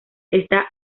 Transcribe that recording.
está